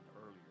earlier